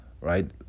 right